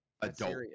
adult